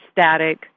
static